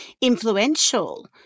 influential